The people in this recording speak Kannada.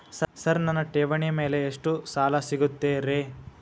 ಸರ್ ನನ್ನ ಠೇವಣಿ ಮೇಲೆ ಎಷ್ಟು ಸಾಲ ಸಿಗುತ್ತೆ ರೇ?